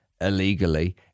illegally